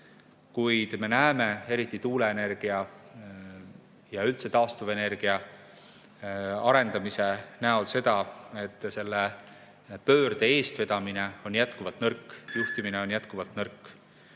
Kuid me näeme eriti tuuleenergia ja üldse taastuvenergia arendamise näol seda, et selle pöörde eestvedamine on jätkuvalt nõrk, juhtimine on jätkuvalt nõrk.